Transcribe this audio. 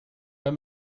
pas